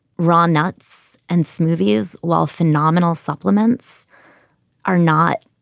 raw nuts and smoothies, while phenomenal supplements are not.